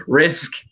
risk